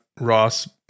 ross